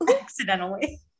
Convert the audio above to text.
accidentally